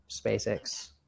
SpaceX